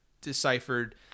deciphered